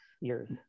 years